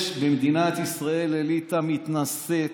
יש במדינת ישראל אליטה מתנשאת,